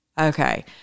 Okay